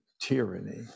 tyranny